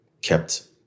kept